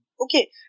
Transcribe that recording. Okay